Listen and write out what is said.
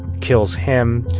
kills him.